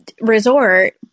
resort